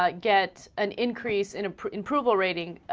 like get an increase in in print corroborating ah.